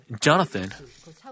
Jonathan